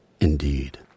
Indeed